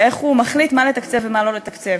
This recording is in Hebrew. ואיך הוא מחליט מה לתקצב ומה לא לתקצב,